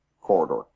corridor